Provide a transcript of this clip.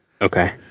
Okay